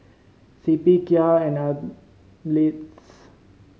C P Kia and Ameltz